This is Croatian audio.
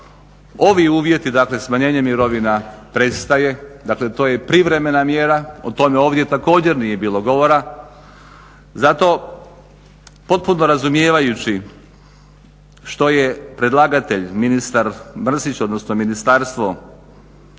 ovi uvjeti, dakle smanjenje mirovine prestaje, dakle to je privremena mjera, o tome ovdje također nije bilo govora. Zato potpuno razumijevajući što je predlagatelj ministar Mrsić, odnosno Ministarstvo